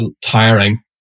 tiring